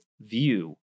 view